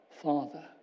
Father